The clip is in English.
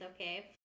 okay